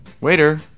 Waiter